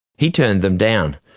he turned them down.